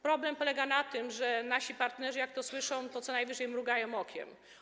Problem polega na tym, że jak nasi partnerzy to słyszą, to co najwyżej mrugają okiem.